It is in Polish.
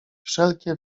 wszelkie